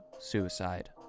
suicide